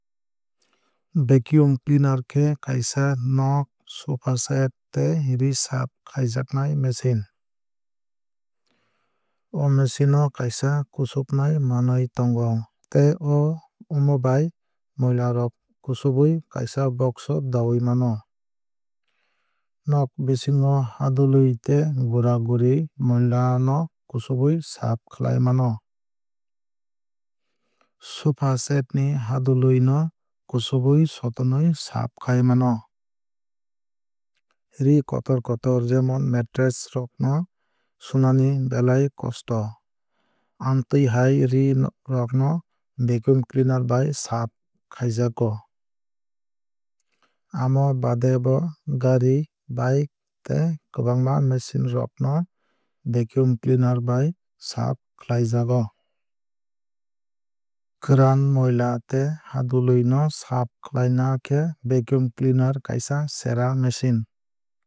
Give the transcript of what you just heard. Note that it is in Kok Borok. Vacuum cleaner khe kaisa nog sofa set tei ree saaf khaijaknai machine. O machine no kaisa kusubnai manwui tongo tei amo bai moila rok kusubui kaisa box o dawui mano. Nog bisingo hadwlwui tei gura guri moila no kusubui saaf khlai mano. Sofa set ni hadwlwui no kusubui sotonwui saaf khai o. Ree kotor kotor jemon matress rok no sunani belai kosto. Amtwui hai ree rok no vacuum cleaner bai saaf khaijago. Amo baade bo gari bike tei kwbangma machine rok no vacuum cleaner bai saaf khlaijago. Kwran moila tei hadulwui no saaf khlaina khe vacuum cleaner kaisa sera machine.